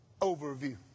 Overview